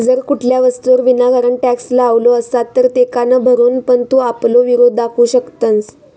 जर कुठल्या वस्तूवर विनाकारण टॅक्स लावलो असात तर तेका न भरून पण तू आपलो विरोध दाखवू शकतंस